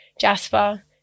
Jasper